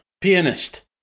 pianist